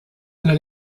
eine